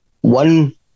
one